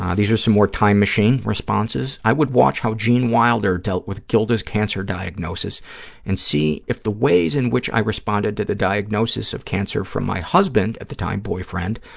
um these are some more time machine responses. i would watch how gene wilder dealt with gilda's cancer diagnosis and see if the ways in which i responded to the diagnosis of cancer for my husband, at the time boyfriend,